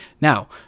Now